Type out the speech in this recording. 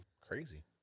Crazy